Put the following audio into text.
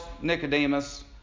Nicodemus